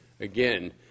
Again